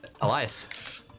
Elias